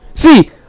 See